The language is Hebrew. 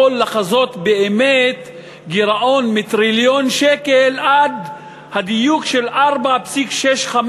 יכול לחזות באמת גירעון מטריליון שקל עד הדיוק של 4.65,